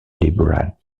liberal